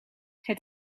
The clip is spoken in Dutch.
het